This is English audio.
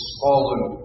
fallen